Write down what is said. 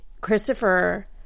Christopher